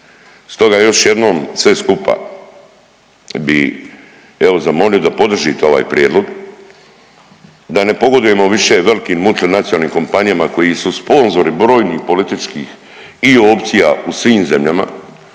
Stoga još jednom sve skupa bi evo zamolio da podržite ovaj prijedlog, da ne pogodujemo više velikim multinacionalnim kompanijama koji su sponzori brojnih političkih i opcija u svim zemljama